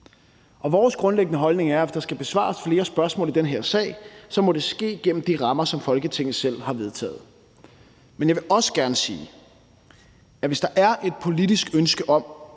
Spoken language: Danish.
Og vores grundlæggende holdning er, at det, hvis der skal besvares flere spørgsmål i den her sag, må ske gennem de rammer, som Folketinget selv har vedtaget. Men jeg vil også gerne sige, at hvis der er et politisk ønske om